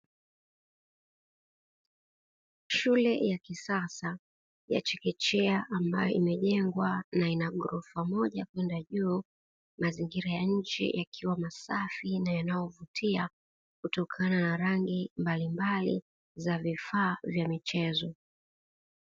Shule ya kisasa ya chekechea ambayo imejengwa na ina ghorofa moja kwenda juu, mazingira ya nje yakiwa masafi na yanayovutia kutokana na rangi mbalimbali za vifaa vya michezo.